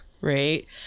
right